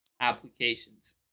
applications